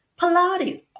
Pilates